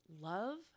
love